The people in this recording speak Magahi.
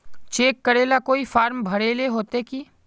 चेक करेला कोई फारम भरेले होते की?